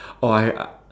oh I